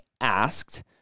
asked